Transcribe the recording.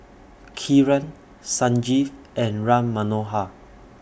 Kiran Sanjeev and Ram Manohar